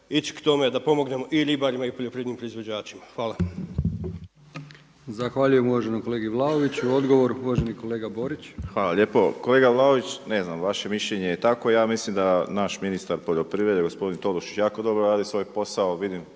ići k tome da pomognemo i ribarima i poljoprivrednim proizvođačima. **Brkić, Milijan (HDZ)** Zahvaljujem uvaženom kolegi Vlaoviću. Odgovor uvaženi kolega Borić. **Borić, Josip (HDZ)** Hvala lijepo. Kolega Vlaović, ne znam vaše mišljenje je takvo. Ja mislim da naš ministar poljoprivrede gospodin Tolušić jako dobro radi svoj posao,